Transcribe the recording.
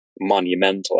monumental